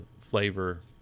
flavor